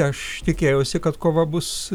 aš tikėjausi kad kova bus